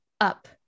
up